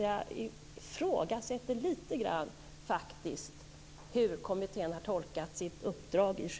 Jag ifrågasätter lite grann hur kommittén i Genève har tolkat sitt uppdrag.